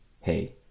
hey